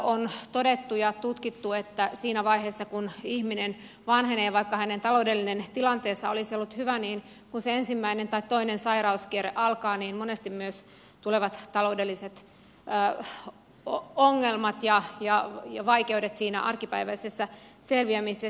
on todettu ja tutkittu että siinä vaiheessa kun ihminen vanhenee vaikka hänen taloudellinen tilanteensa olisi ollut hyvä ja kun se ensimmäinen tai toinen sairauskierre alkaa niin monesti myös tulevat taloudelliset ongelmat ja vaikeudet arkipäiväisessä selviämisessä